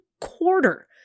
quarter